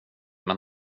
men